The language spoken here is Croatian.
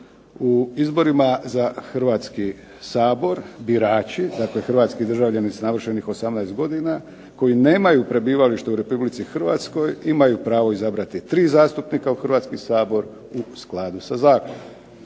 u izborima za Hrvatski sabor, birači dakle hrvatski državljani s navršenih 18 godina koji nemaju prebivalište u RH imaju pravo izabrati 3 zastupnika u Hrvatski sabor u skladu sa zakonom.